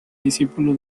discípulo